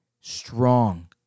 strong